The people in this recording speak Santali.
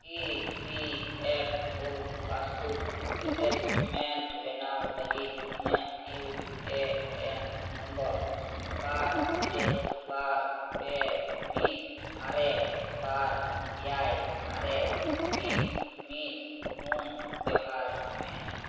E P F O passbook assessment ᱵᱮᱱᱟᱣ ᱞᱟᱹᱜᱤᱫ ᱤᱧᱟᱹᱜ ᱤᱭᱩ ᱮ ᱮᱱ ᱱᱚᱢᱵᱚᱨ ᱵᱟᱨ ᱤᱨᱟᱹᱞ ᱵᱟᱨ ᱯᱮ ᱢᱤᱫ ᱟᱨᱮ ᱵᱟᱨ ᱮᱭᱟᱭ ᱟᱨᱮ ᱢᱤᱫ ᱢᱤᱫ ᱯᱩᱱ ᱵᱮᱣᱦᱟᱨ ᱢᱮ